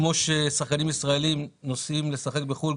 וכמו ששחקנים ישראלים נוסעים לשחק בחו"ל,